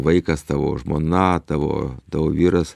vaikas tavo žmona tavo tavo vyras